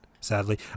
sadly